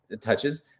touches